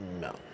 no